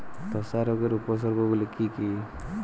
ধসা রোগের উপসর্গগুলি কি কি?